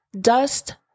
dust